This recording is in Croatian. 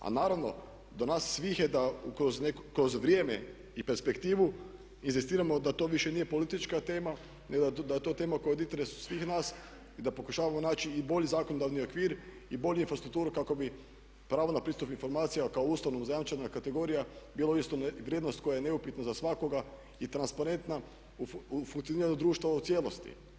A naravno do nas svih je da kroz vrijeme i perspektivu inzistiramo da to više nije politička tema nego da je to tema koja je u interesu svih nas i da pokušavamo naći i bolji zakonodavni okvir i bolju infrastrukturu kako bi pravo na pristup informacijama kao ustavom zajamčena kategorija bila uistinu vrijednost koja je neupitna za svakoga i transparentna u funkcioniranju društva u cijelosti.